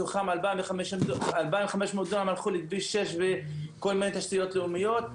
מתוכם 2,500 דונם הלכו לכביש 6 ולכל מיני תשתיות לאומיות.